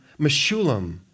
Meshulam